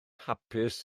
hapus